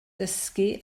dysgu